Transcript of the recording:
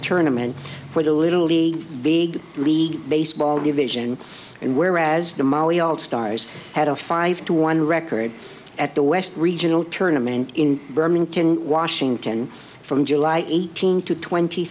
tournaments for the literally big league baseball division and whereas the mali all stars had a five to one record at the west regional tournament in berman can washington from july eighteenth to twenty